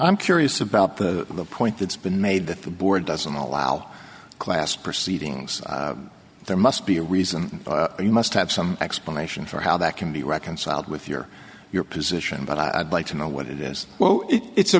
i'm curious about the the point that's been made that the board doesn't allow class proceedings there must be a reason and you must have some explanation for how that can be reconciled with your your position but i'd like to know what it is well if it's a